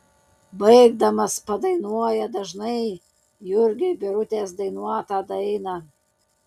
baigdamas padainuoja dažnai jurgiui birutės dainuotą dainą